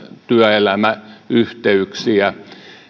työelämäyhteyksiä